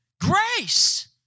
grace